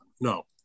no